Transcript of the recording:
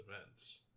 events